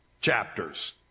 chapters